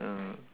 mm